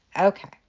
Okay